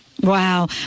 wow